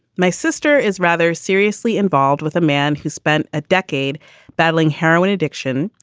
my sister is rather seriously involved with a man who spent a decade battling heroin addiction,